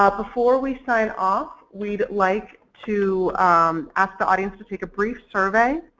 ah before we sign off we'd like to ask the audience to take a brief survey.